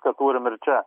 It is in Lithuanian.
ką turim ir čia